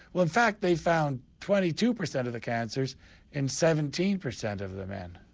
well in fact they found twenty two percent of the cancers in seventeen percent of of the men.